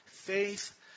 Faith